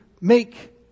make